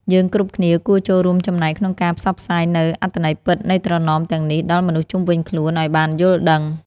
យើងគ្រប់គ្នាគួរចូលរួមចំណែកក្នុងការផ្សព្វផ្សាយនូវអត្ថន័យពិតនៃត្រណមទាំងនេះដល់មនុស្សជុំវិញខ្លួនឱ្យបានយល់ដឹង។